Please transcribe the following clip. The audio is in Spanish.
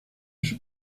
sus